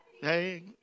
Hey